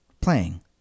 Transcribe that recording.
playing